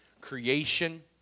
creation